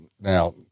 now